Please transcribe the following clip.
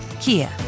Kia